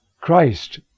Christ